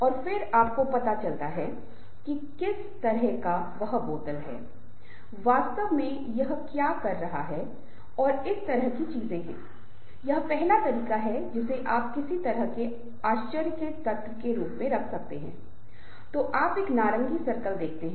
इस तरह की सभी चीजों की आवश्यकता होती है और इस प्रकार के लोगों की पहचान करना वास्तव में बहुत दिलचस्प है जो एक साथ काम कर सकते हैं और जो एक दूसरे के दृष्टिकोण को समझ सकते हैं और लक्ष्य को प्राप्त करने के लिए हमेशा प्रयास करते हैं